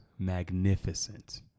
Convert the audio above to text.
magnificent